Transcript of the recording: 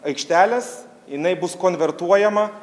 aikštelės jinai bus konvertuojama